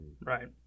Right